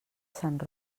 sant